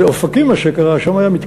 מה שקרה באופקים הוא ששם היה מתקן,